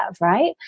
right